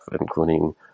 including